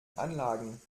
anlagen